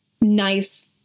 nice